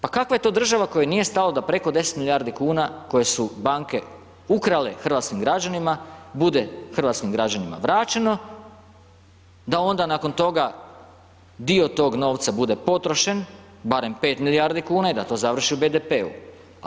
Pa kakva je to država kojoj nije stalo da preko 10 milijardi kuna, koje su banke ukrale hrvatskim građanima, bude hrvatskim građanima vraćeno, da onda nakon toga dio tog novca bude potrošen, barem 5 milijardi kuna i da to završi u BDP-u.